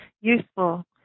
useful